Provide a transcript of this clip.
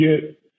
get